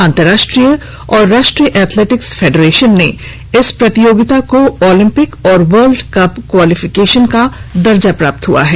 अंतरराष्ट्रीय और राष्ट्रीय एथलेटिक्स फेडरेशन से इस प्रतियोगिता को ओलंपिक और वर्ल्ड कप क्वालिफिकेशन का दर्जा प्राप्त हुआ है